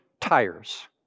tires